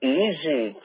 easy